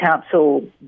Council